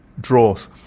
draws